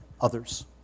others